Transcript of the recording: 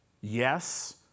Yes